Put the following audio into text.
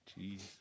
Jeez